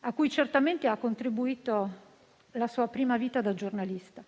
a cui certamente ha contribuito la sua prima vita da giornalista: